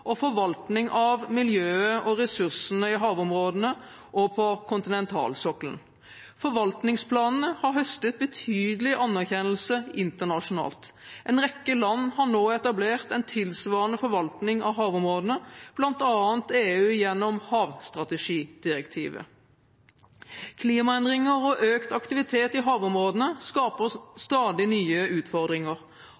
og forvaltning av miljøet og ressursene i havområdene og på kontinentalsokkelen. Forvaltningsplanene har høstet betydelig anerkjennelse internasjonalt. En rekke land har nå etablert en tilsvarende forvaltning av havområdene, bl.a. EU gjennom havstrategidirektivet. Klimaendringer og økt aktivitet i havområdene skaper stadig nye utfordringer.